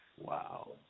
Wow